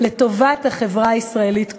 לטובת החברה הישראלית כולה.